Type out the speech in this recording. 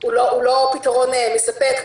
הוא לא פתרון מספק.